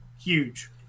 Huge